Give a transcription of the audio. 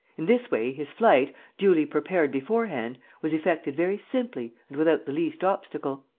in this way his flight, duly prepared beforehand, was effected very simply and without the least obstacle.